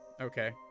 Okay